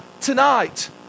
tonight